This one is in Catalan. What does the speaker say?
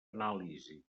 anàlisi